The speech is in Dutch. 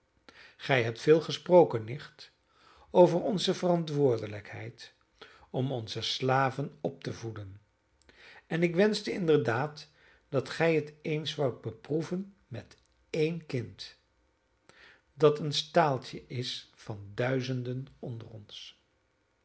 gij hebt veel gesproken nicht over onze verantwoordelijkheid om onze slaven op te voeden en ik wenschte inderdaad dat gij het eens woudt beproeven met één kind dat een staaltje is van duizenden onder ons